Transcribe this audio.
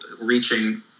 reaching